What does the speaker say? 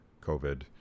COVID